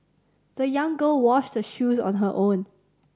the young girl washed her shoes on her own